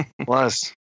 Plus